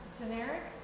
generic